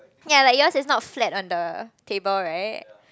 ya like yours is not flat on the table right